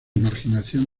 marginación